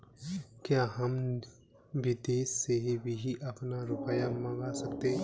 क्या हम विदेश से भी अपना रुपया मंगा सकते हैं?